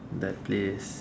that place